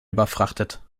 überfrachtet